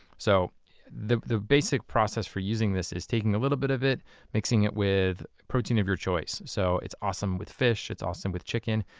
so the the basic process for using this is taking a little bit of it mixing it with the protein of your choice. so it's awesome with fish, it's awesome with chicken.